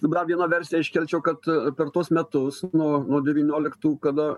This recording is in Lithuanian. kaip dar vieną versiją iškelčiau kad per tuos metus nuo nuo devynioliktų kada